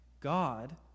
God